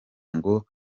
ngo